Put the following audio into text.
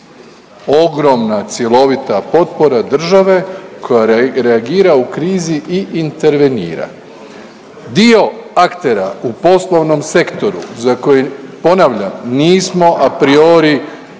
ogromna cjelovita potpora države koja reagira u krizi i intervenira. Dio aktera u poslovnom sektoru za koji, ponavljam, nismo apriori